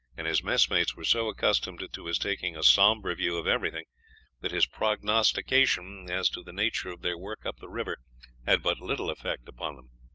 and his messmates were so accustomed to his taking a somber view of everything that his prognostication as to the nature of their work up the river had but little effect upon them.